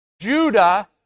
Judah